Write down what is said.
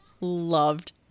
loved